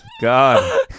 God